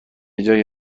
جای